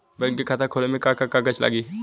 Bank में खाता खोले मे का का कागज लागी?